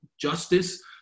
justice